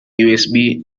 usb